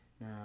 Now